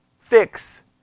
fix